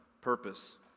purpose